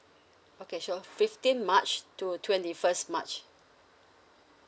okay sure fifteenth march to twenty first march